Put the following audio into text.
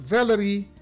Valerie